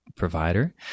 provider